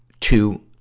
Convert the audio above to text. to